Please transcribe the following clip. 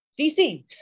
DC